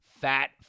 fat